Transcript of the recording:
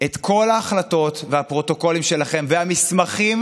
את כל ההחלטות והפרוטוקולים שלכם והמסמכים